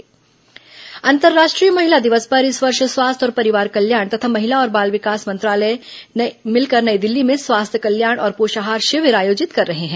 अंतर्राष्ट्रीय महिला दिवस अंतर्राष्ट्रीय महिला दिवस पर इस वर्ष स्वास्थ्य और परिवार कल्याण तथा महिला और बाल विकास मंत्रालय मिलकर नई दिल्ली में स्वास्थ्य कल्याण और पोषाहार शिविर आयोजित कर रहे हैं